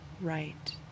right